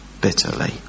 bitterly